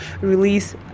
release